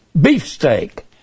beefsteak